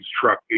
truck